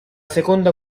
seconda